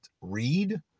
read